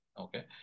Okay